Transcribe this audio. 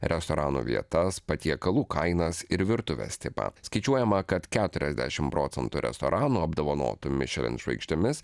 restoranų vietas patiekalų kainas ir virtuvės tipą skaičiuojama kad keturiasdešim procentų restoranų apdovanotų mišelin žvaigždėmis